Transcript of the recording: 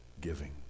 giving